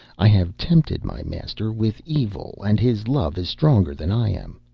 i have tempted my master with evil, and his love is stronger than i am.